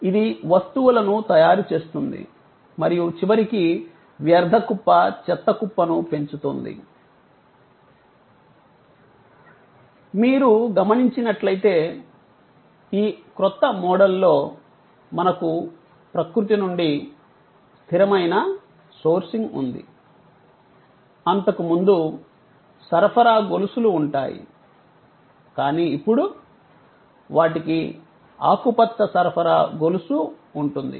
ఇది వస్తువులను తయారు చేస్తుంది మరియు చివరికి వ్యర్థ కుప్ప చెత్త కుప్పను పెంచుతుంది మీరు గమనించినట్లయితే ఈ క్రొత్త మోడల్లో మనకు ప్రకృతి నుండి స్థిరమైన సోర్సింగ్ ఉంది అంతకుముందు సరఫరా గొలుసులు ఉంటాయి కానీ ఇప్పుడు వాటికి ఆకుపచ్చ సరఫరా గొలుసు ఉంటుంది